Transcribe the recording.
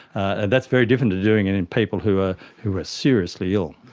and that's very different to doing it in people who are who are seriously ill.